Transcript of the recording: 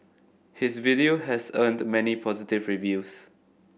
his video has earned many positive reviews